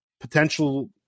potential